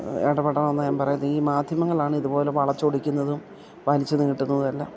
ഇടപെടണം എന്നാണ് ഞാൻ പറയുന്നത് ഈ മാധ്യമങ്ങളാണിതുപോലെ വളച്ചൊടിക്കുന്നതും വലിച്ചു നീട്ടുന്നതും എല്ലാം